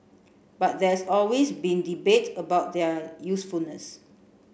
but there's always been debate about their usefulness